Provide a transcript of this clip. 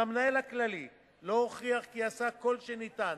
אם המנהל הכללי לא הוכיח כי עשה כל שניתן